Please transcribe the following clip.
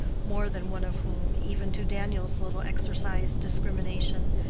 more than one of whom, even to daniel's little exercised discrimination,